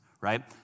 right